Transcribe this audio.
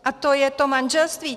A to je to manželství.